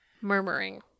murmuring